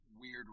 weird